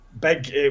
big